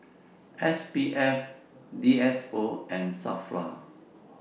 S P F D S O and SAFRA